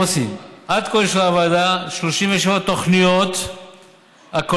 מוסי: עד כה אישרה הוועדה 37 תוכניות הכוללות